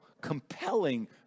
compelling